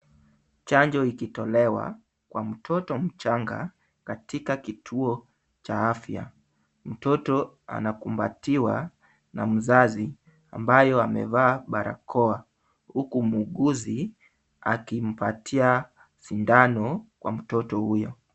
Chanjo ikitolewa kwa mtoto mchanga katika kituo cha afya. Mtoto anakumbatiwa na mzazi ambayo amevaa barakoa, huku muuguzi akimpatia sindano kwa mtoto huyo.